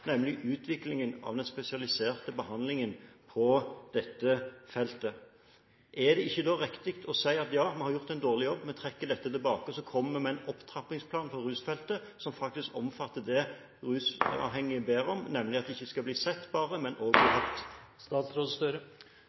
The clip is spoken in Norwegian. nemlig utviklingen av den spesialiserte behandlingen på dette feltet. Er det ikke da riktig å si at man har gjort en dårlig jobb, at man trekker dette tilbake og kommer med en opptrappingsplan for rusfeltet som faktisk omfatter det rusavhengige ber om, nemlig at det ikke bare skal bli sett, men også hørt. Jeg må si at på dette veldig kompliserte, men